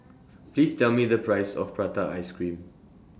Please Tell Me The Price of Prata Ice Cream